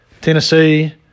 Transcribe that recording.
Tennessee